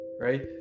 Right